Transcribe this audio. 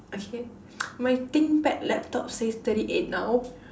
okay my Think Pad laptop says thirty eight now